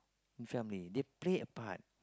in family they play a part